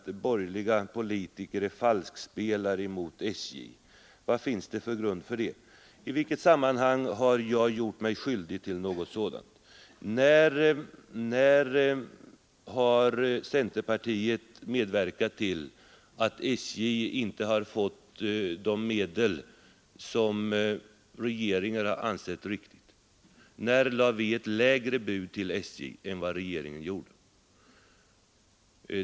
borgerliga politiker är falskspelare när det gäller SJ. Vad finns det för grund för det påståendet? I vilket sammanhang har jag gjort mig skyldig till något sådant? När har centerpartiet verkat för att SJ inte skulle få de medel som regeringen föreslagit? När lade vi ett lägre bud än regeringen när det gäller SJ?